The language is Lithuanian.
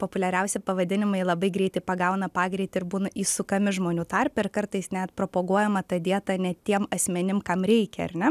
populiariausi pavadinimai labai greitai pagauna pagreitį ir būna įsukami žmonių tarpe ir kartais net propaguojama ta dieta ne tiem asmenim kam reikia ar ne